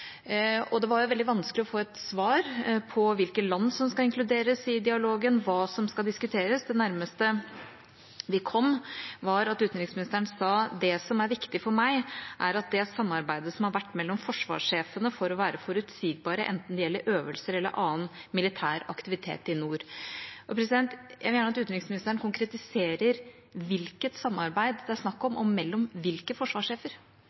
og det var veldig vanskelig å få et svar på hvilke land som skal inkluderes i dialogen, hva som skal diskuteres. Det nærmeste vi kom, var at utenriksministeren sa: «Men det som er viktig for meg, er det samarbeidet som har vært mellom forsvarssjefene, for å være forutsigbare, enten det gjelder øvelser eller annen militær aktivitet i nord.» Jeg vil gjerne at utenriksministeren konkretiserer hvilket samarbeid det er snakk om, og mellom hvilke forsvarssjefer.